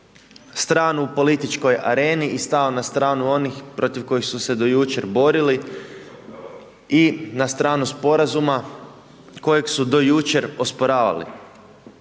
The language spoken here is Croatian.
stanu u političkoj areni i stao na stranu onih protiv kojih su se do jučer borili i na stanu sporazuma kojeg su do jučer osporavali.